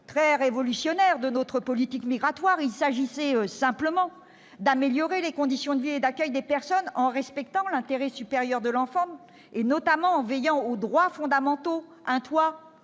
très révolutionnaire de notre politique migratoire ; il s'agissait simplement d'améliorer les conditions de vie et d'accueil des personnes, en respectant l'intérêt supérieur de l'enfant, en veillant notamment aux droits fondamentaux- un toit,